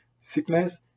sickness